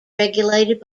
regulated